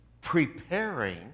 preparing